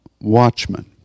watchmen